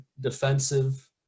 defensive